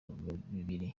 bibiri